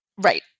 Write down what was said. Right